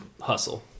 hustle